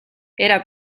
era